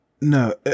No